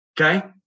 Okay